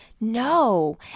No